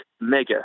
mega